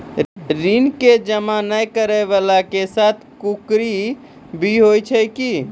ऋण के जमा नै करैय वाला के साथ कुर्की भी होय छै कि?